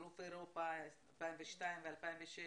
אלוף אירופה ב-2002 וב-2006,